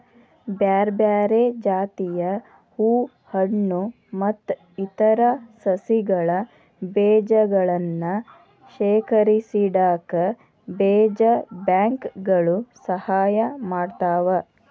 ಬ್ಯಾರ್ಬ್ಯಾರೇ ಜಾತಿಯ ಹೂ ಹಣ್ಣು ಮತ್ತ್ ಇತರ ಸಸಿಗಳ ಬೇಜಗಳನ್ನ ಶೇಖರಿಸಿಇಡಾಕ ಬೇಜ ಬ್ಯಾಂಕ್ ಗಳು ಸಹಾಯ ಮಾಡ್ತಾವ